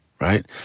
Right